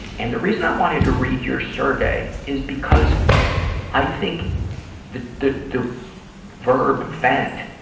and the reasons i wanted to read your survey is because i think the, the, the verb vent